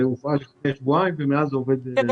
זה הופעל לפני שבועיים ומאז זה עובד.